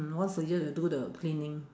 once a year you do the cleaning